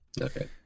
Okay